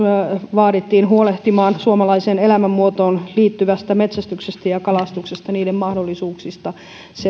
vaadittiin huolehtimaan suomalaiseen elämänmuotoon liittyvien metsästyksen ja ja kalastuksen mahdollisuuksista